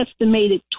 estimated